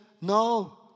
No